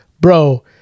bro